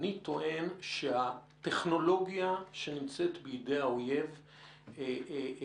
אני טוען שהטכנולוגיה שנמצאת בידי האויב ב-2030